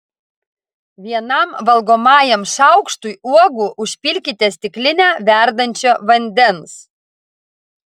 vienam valgomajam šaukštui uogų užpilkite stiklinę verdančio vandens